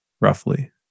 roughly